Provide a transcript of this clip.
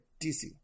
DC